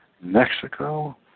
Mexico